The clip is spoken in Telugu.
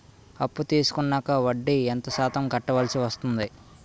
అప్పు తీసుకున్నాక వడ్డీ ఎంత శాతం కట్టవల్సి వస్తుంది?